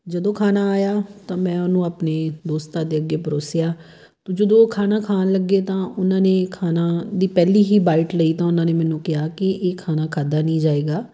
ਜਦੋਂ ਖਾਣਾ ਆਇਆ ਤਾਂ ਮੈਂ ਉਹਨੂੰ ਆਪਣੇ ਦੋਸਤਾਂ ਦੇ ਅੱਗੇ ਪਰੋਸਿਆ ਅਤੇ ਜਦੋਂ ਉਹ ਖਾਣਾ ਖਾਣ ਲੱਗੇ ਤਾਂ ਉਹਨਾਂ ਨੇ ਖਾਣਾ ਦੀ ਪਹਿਲੀ ਹੀ ਬਾਈਟ ਲਈ ਤਾਂ ਉਹਨਾਂ ਨੇ ਮੈਨੂੰ ਕਿਹਾ ਕਿ ਇਹ ਖਾਣਾ ਖਾਦਾ ਨਹੀਂ ਜਾਵੇਗਾ